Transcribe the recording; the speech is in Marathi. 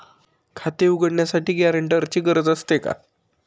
खाते उघडण्यासाठी गॅरेंटरची गरज असते का?